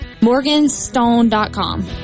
Morganstone.com